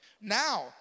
Now